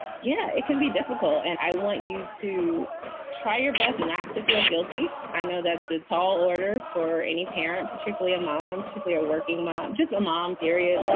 yeah. it can be difficult. and i want you to try your best not to feel guilty i know that's a tall order for any parent, particularly a mom, chiefly a working mom, just a mom, period.